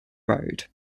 road